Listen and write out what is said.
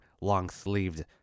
long-sleeved